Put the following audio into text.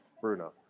Bruno